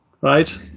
right